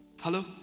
Hello